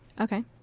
Okay